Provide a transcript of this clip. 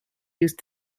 used